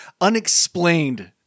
unexplained